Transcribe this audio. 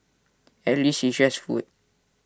at least it's just food